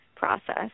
Process